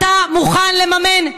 אתה מוכן לממן?